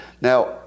Now